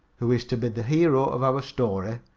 who is to be the hero of our story,